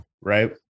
right